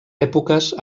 èpoques